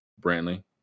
Brantley